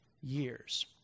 years